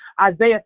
Isaiah